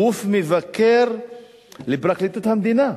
גוף מבקר לפרקליטות המדינה,